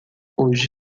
hoje